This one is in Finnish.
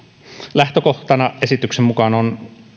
lähtökohtana esityksen mukaan on